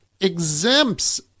exempts